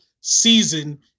season